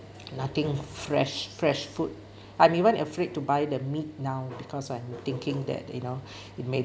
nothing fresh fresh food I'm even afraid to buy the meat now because I'm thinking that you know it ma~